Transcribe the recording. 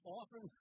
often